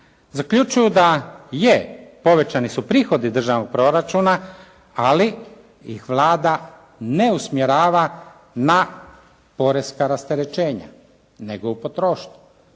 Zaključuje da je, povećani su prihodi državnog proračuna, ali ih Vlada ne usmjerava na poreska rasterećenja, nego u potrošnju.